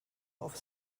auf